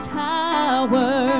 tower